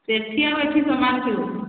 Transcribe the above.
ସେଠି ଆଉ ଏଠି ତମାନଛୁ